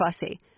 fussy